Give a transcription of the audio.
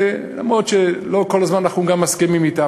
למרות שלא כל הזמן אנחנו גם מסכימים אתם,